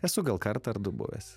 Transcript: esu gal kartą ar du buvęs